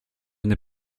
n’ai